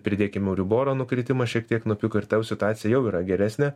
pridėkim euriboro nukritimą šiek tiek nupigo ir ta jau situacija jau yra geresnė